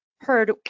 heard